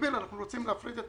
ובמקביל אנחנו רוצים להפריט את